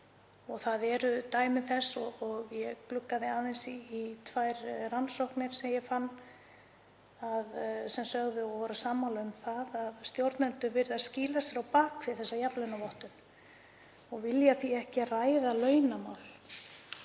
Það eru dæmi þess og ég gluggaði aðeins í tvær rannsóknir sem ég fann sem sýndu þá niðurstöðu að stjórnendur virðast skýla sér á bak við þessa jafnlaunavottun og vilja því ekki ræða launamál.